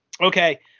okay